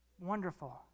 Wonderful